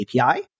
API